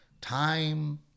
time